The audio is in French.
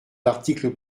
l’article